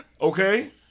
Okay